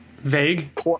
vague